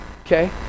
Okay